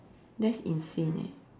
that's insane eh